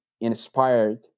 inspired